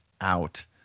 out